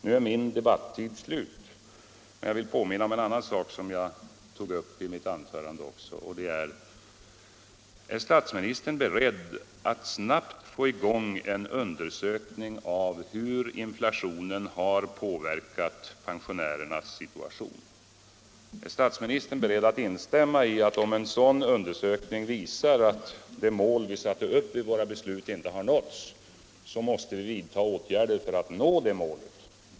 Nu är min debattid slut, men jag vill påminna om en annan sak som jag tog upp i mitt anförande, nämligen detta: Är statsministern beredd att snabbt sätta i gång en undersökning av hur inflationen har påverkat pensionärernas situation? Är statsministern beredd att instämma i att om en sådan undersökning visar att det mål vi satte upp i våra beslut inte har nåtts, så måste vi vidta åtgärder för att nå det målet?